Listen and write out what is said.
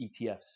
ETFs